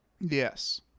Yes